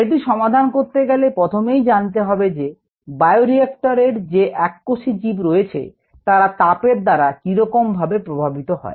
এটি সমাধান করতে গেলে প্রথমেই জানতে হবে যে বায়ো রিঅ্যাক্টরের যে এককোষী জীব রয়েছেতারা তাপের দ্বারা কি রকম ভাবে প্রভাবিত হয়